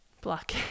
Block